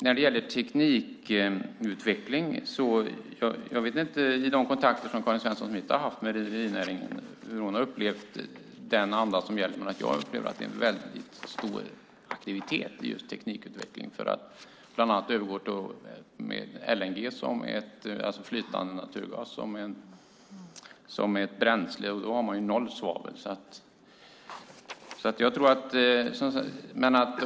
När det gäller teknikutveckling vet jag inte hur Karin Svensson Smith i den kontakt hon haft med rederinäringen har upplevt den anda som gäller, men jag upplever att det är en stor aktivitet i teknikutvecklingen. Bland annat handlar det om bränslet LNG, som är en flytande naturgas och som ger noll svavel.